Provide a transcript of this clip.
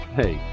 hey